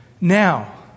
now